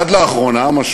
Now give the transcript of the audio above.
עד לאחרונה,